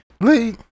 Lee